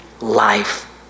life